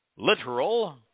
literal